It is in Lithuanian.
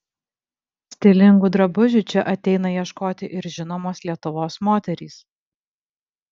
stilingų drabužių čia ateina ieškoti ir žinomos lietuvos moterys